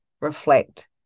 reflect